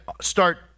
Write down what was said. start